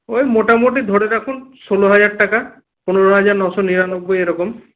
ওই মোটামুটি ধরে রাখুন ষোলো হাজার টাকা পনেরো হাজার নশো নিরানব্বই এরকম